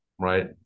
right